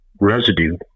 residue